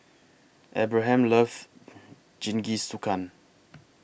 Abraham loves Jingisukan